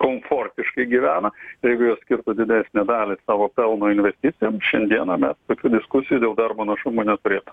komfortiškai gyvena jeigu jos skirtų didesnę dalį savo pelno investicijoms šiandieną mes tokių diskusijų dėl darbo našumo neturėtumėm